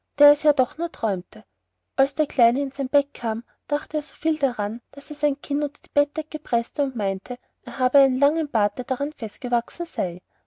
der es ja doch nur träumte und als der kleine in sein bett kam dachte er so viel daran daß er sein kinn gegen die bettdecke preßte und meinte er habe einen langen bart der daran festgewachsen sei